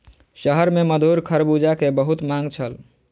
शहर में मधुर खरबूजा के बहुत मांग छल